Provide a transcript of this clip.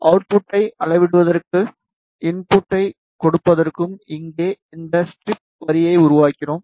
அவுட்புட்டை அளவிடுவதற்கும் இன்புட்டைக் கொடுப்பதற்கும் இங்கே இந்த ஸ்ட்ரிப் வரியை உருவாக்கினோம்